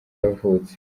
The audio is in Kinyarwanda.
yavutse